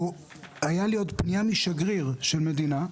הייתה לי עוד פנייה משגריר של מדינה,